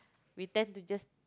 we tend to just